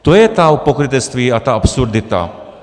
To je to pokrytectví a ta absurdita.